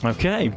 Okay